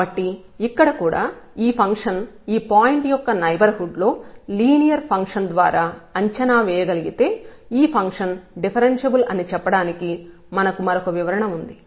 కాబట్టి ఇక్కడ కూడా ఈ ఫంక్షన్ ఈ పాయింట్ యొక్క నైబర్హుడ్ లో లీనియర్ ఫంక్షన్ ద్వారా అంచనా వేయగలిగితే ఈ ఫంక్షన్ డిఫరెన్ష్యబుల్ అని చెప్పడానికి మనకు మరొక వివరణ ఉంది